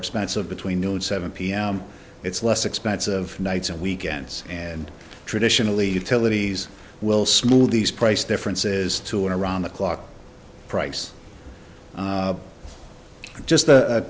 expensive between node seven p m it's less expensive nights and weekends and traditionally utilities will smooth these price differences to an around the clock price just a